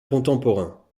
contemporain